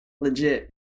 legit